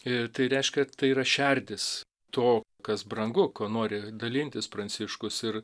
ir tai reiškia tai yra šerdis to kas brangu kuo nori dalintis pranciškus ir